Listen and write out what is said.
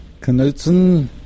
Knutson